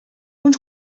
uns